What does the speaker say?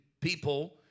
people